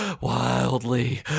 wildly